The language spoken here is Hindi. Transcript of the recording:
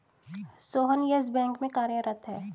सोहन येस बैंक में कार्यरत है